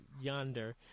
yonder